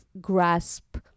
grasp